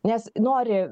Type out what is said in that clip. nes nori